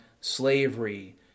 slavery